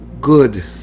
good